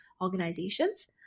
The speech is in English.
organizations